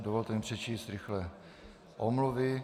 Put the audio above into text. Dovolte mi přečíst rychle omluvy.